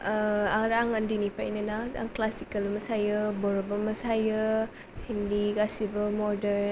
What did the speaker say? आरो आं उन्दैनिफ्रायनो ना क्लासिकेल मोसायो बर'बो मोसायो हिन्दि गासिबो मडार्न